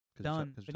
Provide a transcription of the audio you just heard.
Done